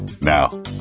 Now